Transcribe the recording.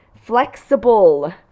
Flexible